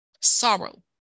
sorrow